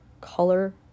color